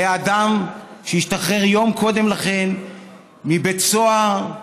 היה אדם שהשתחרר יום קודם לכן מבית סוהר,